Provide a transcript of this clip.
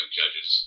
judges